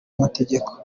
amategeko